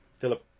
Philip